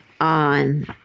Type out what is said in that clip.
on